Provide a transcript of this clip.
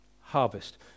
Harvest